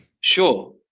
Sure